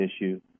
issue